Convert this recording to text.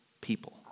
people